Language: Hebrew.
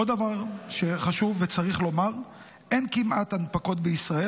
עוד דבר שחשוב וצריך לומר: אין כמעט הנפקות בישראל.